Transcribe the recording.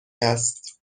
هست